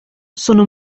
sono